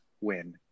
win